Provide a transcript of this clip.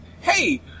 Hey